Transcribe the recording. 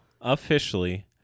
officially